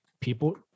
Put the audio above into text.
people